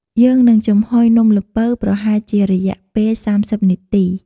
យើងនឹងចំហុយនំល្ពៅប្រហែលជារយៈពេល ៣០ នាទី។